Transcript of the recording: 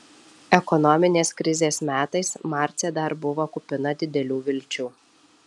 ekonominės krizės metais marcė dar buvo kupina didelių vilčių